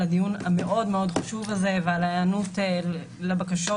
הדיון המאוד חשוב הזה וההיענות לבקשות,